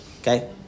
okay